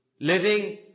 living